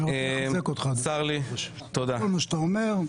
אני מחזק אותך בכל מה שאתה אומר,